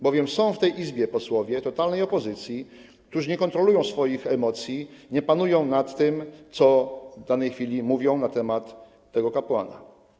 Bowiem są w tej Izbie posłowie totalnej opozycji, którzy nie kontrolują swoich emocji, nie panują nad tym, co w danej chwili mówią na temat tego kapłana.